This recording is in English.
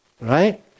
right